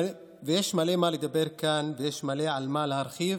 יש הרבה על מה לדבר כאן ויש הרבה על מה להרחיב,